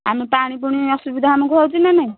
ଆମେ ପାଣି ପୁଣି ଅସୁବିଧା ଆମକୁ ହେଉଛି ନା ନାହିଁ